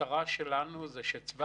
אם תעזרו לנו שתהיה ועדת שרים,